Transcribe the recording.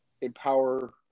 empower